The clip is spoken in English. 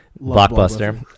blockbuster